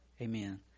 amen